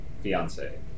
Fiance